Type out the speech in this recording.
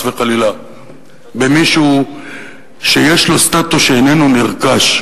וחלילה במישהו שיש לו ססטוס שאיננו נרכש,